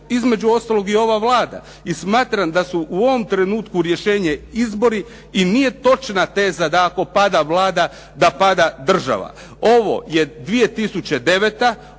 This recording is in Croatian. između ostaloga i ova Vlada i smatram da su u ovom trenutku rješenje izbori i nije točna teza da ako pada Vlada da pada država. Ovo je 2009.,